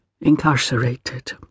incarcerated